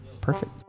perfect